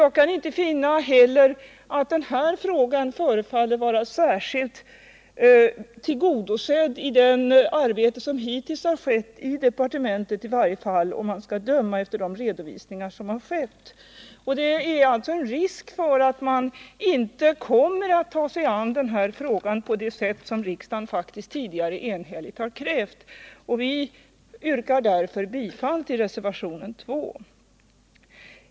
Jag kan inte heller finna att denna fråga är särskilt väl tillgodosedd i det arbete som hittills utförts i departementet, att döma av de redovisningar som har skett. Det finns alltså en risk för att man inte kommer att ta sig an denna fråga på det sätt som riksdagen tidigare enhälligt har krävt. Vi yrkar därför bifall till reservationen 2.